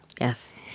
Yes